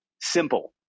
simple